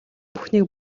бүхнийг